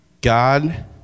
God